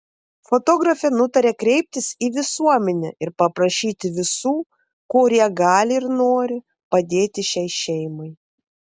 fotografė nutarė kreiptis į visuomenę ir paprašyti visų kurie gali ir nori padėti šiai šeimai